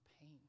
pain